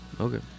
Okay